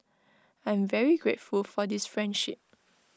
I'm very grateful for this friendship